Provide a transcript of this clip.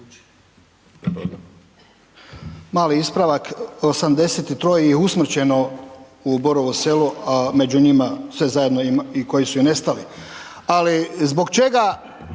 Mali ispravak. 83. ih je usmrćeno u Borovu Selu, a među njima sve zajedno ima i koji su i nestali. Ali zbog čega